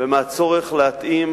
ומהצורך להתאים